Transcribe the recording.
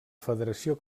federació